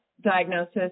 diagnosis